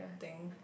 thing